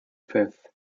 fifth